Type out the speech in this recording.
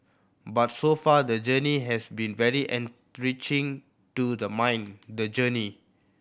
but so far the journey has been very enriching to the mind the journey